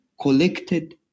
collected